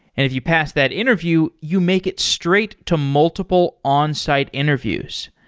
if you pass that interview, you make it straight to multiple onsite interviews.